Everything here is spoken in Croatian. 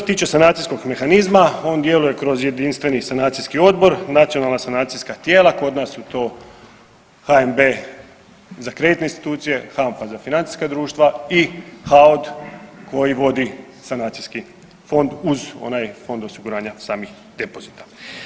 tiče sanacijskog mehanizma on djeluje kroz jedinstveni sanacijski odbor, nacionalna sanacijska tijela kod nas su to HNB za kreditne institucije, HANFA za financijska društva i HAOD koji vodi sanacijski fond uz onaj fond osiguranja samih depozita.